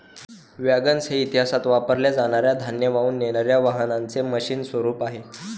wagons हे इतिहासात वापरल्या जाणार या धान्य वाहून नेणार या वाहनांचे मशीन स्वरूप आहे